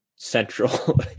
Central